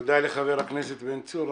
תודה לחבר הכנסת בן צור.